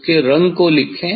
उसके रंग को लिखें